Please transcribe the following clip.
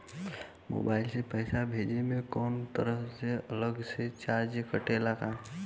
Mobile से पैसा भेजे मे कौनों तरह के अलग से चार्ज कटेला का?